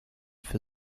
für